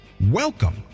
Welcome